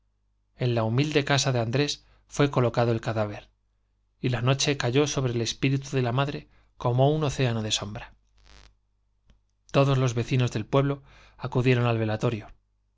en la humilde casa muerto y espantados de andrés fué colocado el cadáver y la noche cayó sobre de la madre océano de el espíritu como un sombra todos los vecinos del pueblo acudieron al velatorio